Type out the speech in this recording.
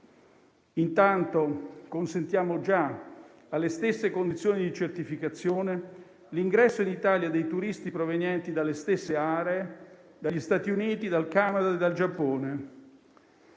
Intanto consentiamo già, alle stesse condizioni di certificazione, l'ingresso in Italia dei turisti provenienti dalle stesse aree, dagli Stati Uniti, dal Canada e dal Giappone;